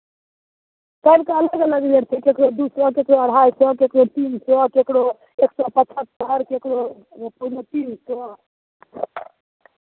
सभके अलग अलग रेट छै ककरो दू सए ककरो अढ़ाइ सए ककरो तीन सए ककरो एक सए पचहत्तरि ककरो पौने तीन सए